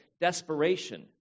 desperation